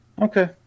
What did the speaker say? okay